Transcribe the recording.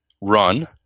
run